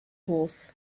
pools